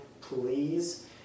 please